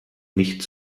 nicht